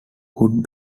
could